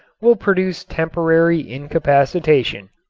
will produce temporary incapacitation.